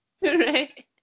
Right